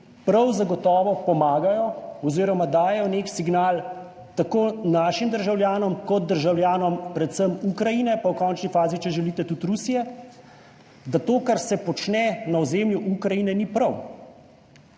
prav zagotovo pomagajo oziroma dajejo nek signal, tako našim državljanom kot državljanom predvsem Ukrajine, pa v končni fazi, če želite, tudi Rusije, da to, kar se počne na ozemlju Ukrajine ni prav